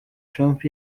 trump